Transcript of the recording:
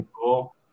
cool